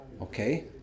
Okay